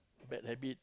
bad habit